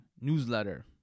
newsletter